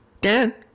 Dan